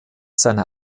seine